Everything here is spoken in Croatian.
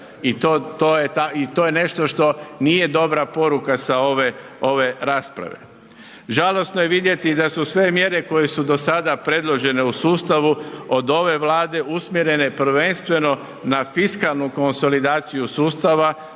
i to je nešto što nije dobra poruka sa ove rasprave. Žalosno je vidjeti da su sve mjere koje su do sada predložene u sustavu od ove Vlade usmjerene prvenstveno na fiskalnu konsolidaciju sustava